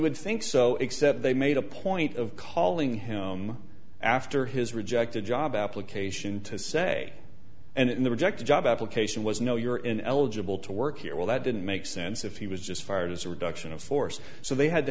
would think so except they made a point of calling him after his rejected job application to say and in the rejected job application was no you're in eligible to work here well that didn't make sense if he was just fired as a reduction of force so they had to